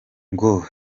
ngo